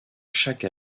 chaque